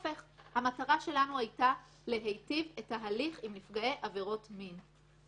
המטרה שלנו הייתה להיטיב את התהליך עם נפגעי עבירות מין,